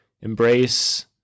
embrace